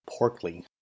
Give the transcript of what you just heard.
porkly